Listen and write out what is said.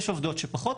יש עובדות שפחות,